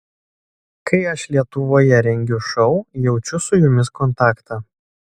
kai aš lietuvoje rengiu šou jaučiu su jumis kontaktą